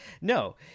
No